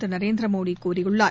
திருநரேந்திரமோடிகூறியுள்ளார்